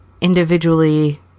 individually